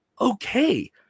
okay